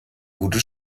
gute